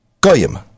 Goyim